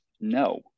no